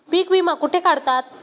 पीक विमा कुठे काढतात?